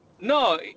No